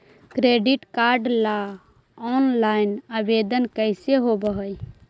Credit card ल online आवेदन कैसे होब है?